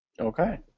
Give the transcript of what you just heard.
Okay